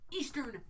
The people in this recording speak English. Eastern